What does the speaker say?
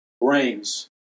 brains